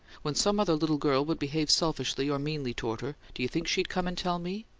when some other little girl would behave selfishly or meanly toward her, do you think she'd come and tell me?